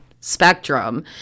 spectrum